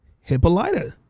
Hippolyta